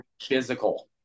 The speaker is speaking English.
physical